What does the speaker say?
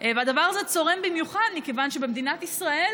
הדבר הזה צורם במיוחד מכיוון שבמדינת ישראל